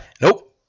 Nope